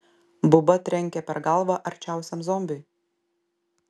buba trenkė per galvą arčiausiam zombiui